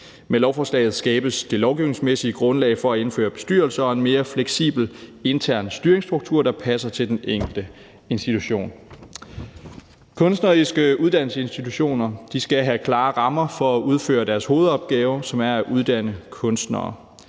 Med lovforslaget skabes det lovgivningsmæssige grundlag for at indføre bestyrelser og en mere fleksibel intern styringsstruktur, der passer til den enkelte institution. Kunstneriske uddannelsesinstitutioner skal have klare rammer for at udføre deres hovedopgave, som er at uddanne kunstnere.